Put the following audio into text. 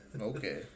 Okay